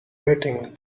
waiting